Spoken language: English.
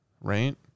right